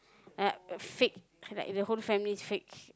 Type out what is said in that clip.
like fake like the whole family's fake